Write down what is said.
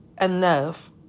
enough